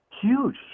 Huge